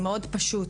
זה מאוד פשוט.